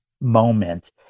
moment